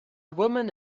woman